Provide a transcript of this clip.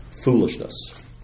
foolishness